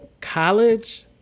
College